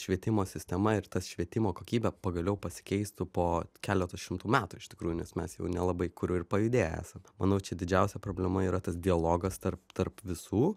švietimo sistema ir tas švietimo kokybė pagaliau pasikeistų po keletos šimtų metų iš tikrųjų nes mes jau nelabai kur ir pajudėję esam manau čia didžiausia problema yra tas dialogas tarp tarp visų